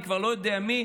אני כבר לא יודע מי,